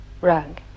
Rug